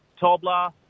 Tobler